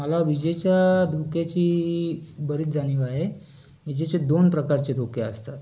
मला विजेच्या धोक्याची बरीच जाणीव आहे विजेचे दोन प्रकारचे धोके असतात